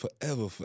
forever